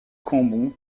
cambon